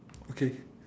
okay